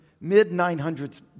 mid-900s